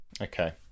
Okay